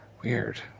Weird